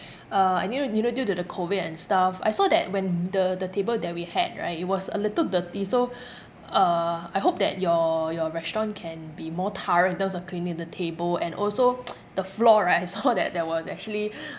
uh and you you know due to the COVID and stuff I saw that when the the table that we had right it was a little dirty so uh I hope that your your restaurant can be more thorough in terms of cleaning the table and also the floor right I saw that there was actually